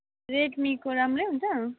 रेडमीको राम्रै हुन्छ